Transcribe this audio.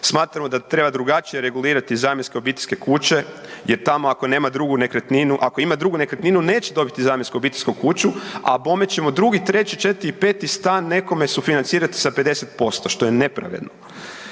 Smatramo da treba drugačije regulirati zamjenske obiteljske kuće jer tamo ako nema drugu nekretninu, ako ima drugu nekretninu neće dobiti zamjensku obiteljsku kuću, a bome ćemo drugi, treći, četvrti i peti stan nekome sufinancirati sa 50%, što je nepravedno.